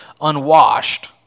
unwashed